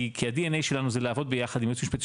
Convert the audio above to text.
כי ה DNA שלנו זה לעבוד ביחד עם הייעוץ המשפטי